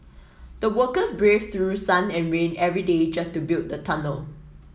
the workers braved through sun and rain every day just to build the tunnel